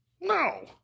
No